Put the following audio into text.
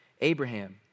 Abraham